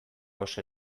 oso